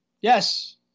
Yes